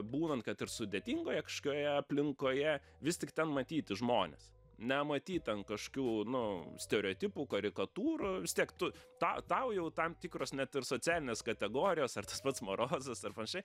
būnant kad ir sudėtingoje kažkokioje aplinkoje vis tik ten matyti žmones nematyt ten kažkių nu stereotipų karikatūrų vis tiek tu tą tau jau tam tikros net ir socialinės kategorijos ar tas pats marozas ar panašiai